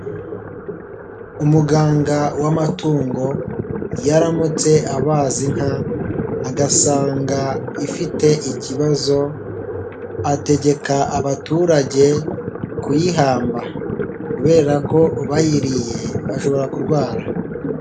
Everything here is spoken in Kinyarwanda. Umuganga w'amatungo iyo aramutse abazi inka agasanga ifite ikibazo, ategeka abaturage kuyihamba kubera ko bayiriye bashobora kurwara.